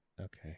Okay